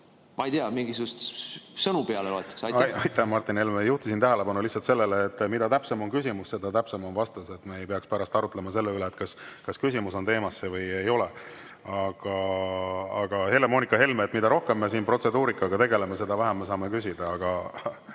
ma ei tea, mingisuguseid sõnu peale loetakse. Aitäh, Martin Helme! Juhtisin tähelepanu lihtsalt sellele, et mida täpsem on küsimus, seda täpsem on vastus. Siis me ei peaks pärast arutlema selle üle, kas küsimus on teemasse või ei ole. Helle-Moonika Helme, mida rohkem me siin protseduurikaga tegeleme, seda vähem me saame küsida. Aga,